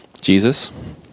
Jesus